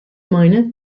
meine